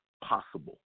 possible